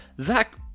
Zach